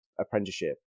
apprenticeship